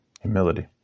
Humility